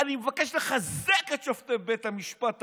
"אני מבקש לחזק את שופטי בית המשפט העליון"